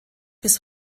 bis